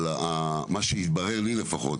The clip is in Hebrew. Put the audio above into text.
אבל מה שהתברר לי לפחות,